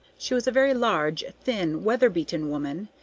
she was a very large, thin, weather-beaten woman,